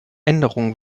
änderungen